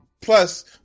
Plus